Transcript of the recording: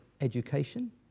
education